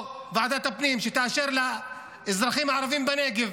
או ועדת הפנים, שתאשר לאזרחים הערבים בנגב